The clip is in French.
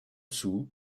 soo